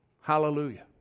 Hallelujah